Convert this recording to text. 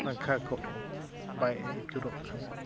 ᱯᱟᱝᱠᱷᱟ ᱠᱚᱦᱚᱸ ᱵᱟᱭ ᱟᱹᱪᱩᱨᱚᱜ ᱠᱟᱱᱟ